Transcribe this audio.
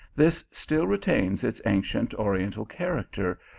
this still retains its ancient oriental character,